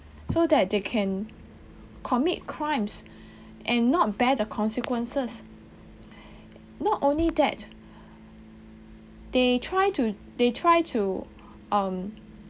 so that they can commit crimes and not bear the consequences not only that they try to they try to um